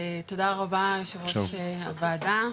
תודה רבה יושב ראש הוועדה,